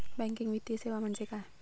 Banking वित्तीय सेवा म्हणजे काय?